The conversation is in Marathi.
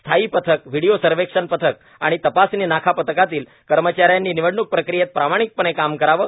स्थायी पथक व्हिडीओ सर्वेक्षण पथक आणि तपासणी नाका पथकांमधील कर्मचाऱ्यांनी निवडणूक प्रक्रियेत प्रामाणिकपणे काम करावं